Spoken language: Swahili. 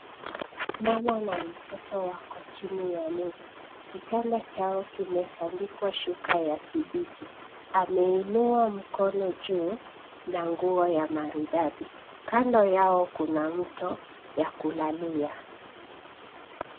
Mama na mtoto wako chini ya neti. Kitanda chao kimetandikwa shuka ya kibichi. Ameinua mkono juu, na nguo ya maridadi. Kando yao kuna mto ya kulalia.